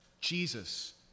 Jesus